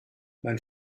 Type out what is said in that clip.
mein